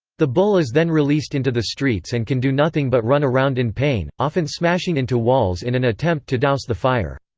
the bull is then released into the streets and can do nothing but run around in pain, often smashing into walls in an attempt to douse the fire.